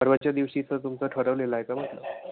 परवाच्या दिवशीचं तुमचं ठरवलेलं आहे का म्हटलं